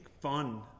fun